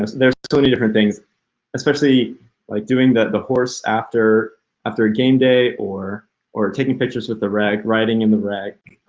there's so many different things especially like doing the horse after after game day or or taking pictures with the rag, writing in the rag.